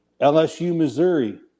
LSU-Missouri